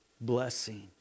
blessing